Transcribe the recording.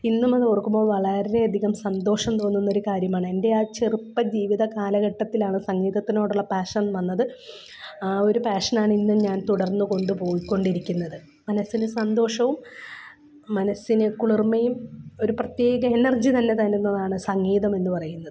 ഇന്നുമതോർക്കുമ്പോൾ വളരെ അധികം സന്തോഷം തോന്നുന്ന ഒരു കാര്യമാണ് എൻ്റെ ആ ചെറുപ്പജീവിത കാലഘട്ടത്തിലാണ് സംഗീതത്തിനോടുള്ള പാഷൻ വന്നത് ആ ഒരു പാഷനാണ് ഇന്നും ഞാൻ തുടർന്നുകൊണ്ടുപോയിക്കൊണ്ടിരിക്കുന്നത് മനസ്സിന് സന്തോഷവും മനസ്സിന് കുളിർമയും ഒരു പ്രത്യേക എനർജി തന്നെ തരുന്നതാണ് സംഗീതമെന്ന് പറയുന്നത്